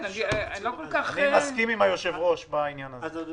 אני מסכים עם היושב-ראש בעניין הזה.